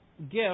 gift